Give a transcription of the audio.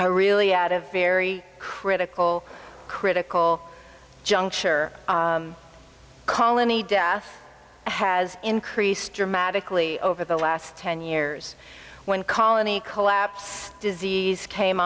are really out of very critical critical juncture colony death has increased dramatically over the last ten years when colony collapse disease came